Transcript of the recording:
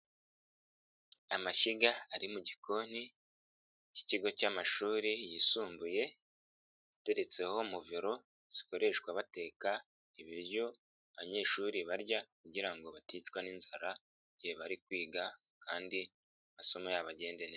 Amashyiga ari mu gikoni cy'ikigo cy'amashuri yisumbuye, ateretseho muvero zikoreshwa bateka ibiryo abanyeshuri barya kugira ngo baticwa n'inzara igihe bari kwiga kandi amasomo ya bo agende neza.